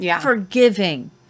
forgiving